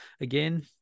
again